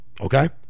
Okay